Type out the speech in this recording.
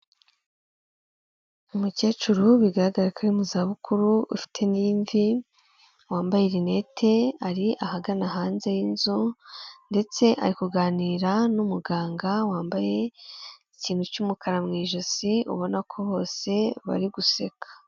Umukecuru bigaragara ko ari mu zabukuru ufite n'imvi wambaye rinete, ari ahagana hanze y'inzu ndetse ari kuganira n'umuganga wambaye ikintu cy'umukara mu ijosi ubona ko bose bari guseka.